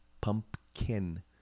Pumpkin